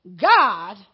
God